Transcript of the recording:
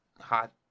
hot